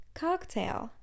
cocktail